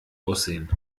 aussehen